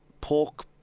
pork